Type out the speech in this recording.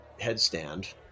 headstand